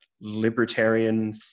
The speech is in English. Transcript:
libertarian